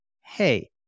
hey